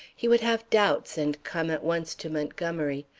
he would have doubts and come at once to montgomery.